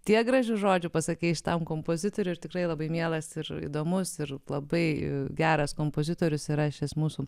tiek gražių žodžių pasakei šitam kompozitoriui ir tikrai labai mielas ir įdomus ir labai geras kompozitorius įrašęs mūsų